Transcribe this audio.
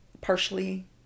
partially